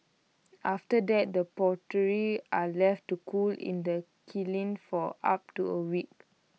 after that the pottery are left to cool in the kiln for up to A week